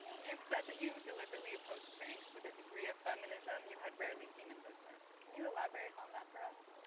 you've said that you deliberately approached spanx with a degree of feminism you had rarely seen in business. can you elaborate on that for us?